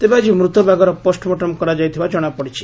ତେବେ ଆଜି ମୃତ ବାଘର ପୋଷ୍ଟମର୍ଟମ କରାଯାଇଥିବା ଜଶାପଡିଛି